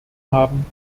haben